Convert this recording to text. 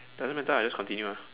doesn't matter ah just continue ah